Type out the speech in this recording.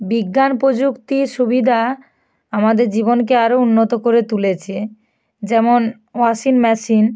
বিজ্ঞান প্রযুক্তির সুবিধা আমাদের জীবনকে আরো উন্নত করে তুলেছে যেমন ওয়াশিং মেশিন